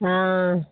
हँ